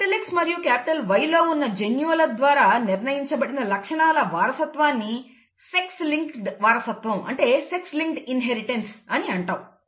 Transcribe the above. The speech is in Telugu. X మరియు Y లో ఉన్న జన్యువుల ద్వారా నిర్ణయించబడిన లక్షణాల వారసత్వాన్ని సెక్స్ లింక్డ్ వారసత్వం అని అంటాము